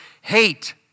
hate